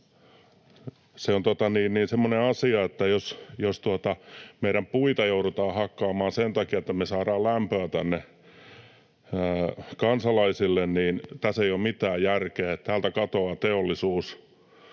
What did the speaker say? Se on semmoinen asia, että jos meidän puita joudutaan hakkaamaan sen takia, että saadaan lämpöä tänne kansalaisille, niin tässä ei ole mitään järkeä. Täältä katoaa teollisuus.